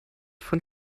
von